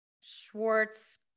Schwartz